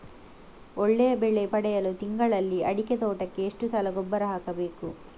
ಒಳ್ಳೆಯ ಬೆಲೆ ಪಡೆಯಲು ತಿಂಗಳಲ್ಲಿ ಅಡಿಕೆ ತೋಟಕ್ಕೆ ಎಷ್ಟು ಸಲ ಗೊಬ್ಬರ ಹಾಕಬೇಕು?